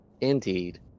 Indeed